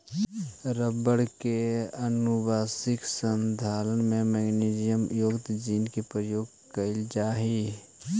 rubber के आनुवंशिक संशोधन में मैगनीज युक्त जीन के प्रयोग कैइल जा हई